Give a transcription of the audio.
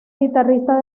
guitarrista